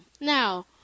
Now